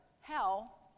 hell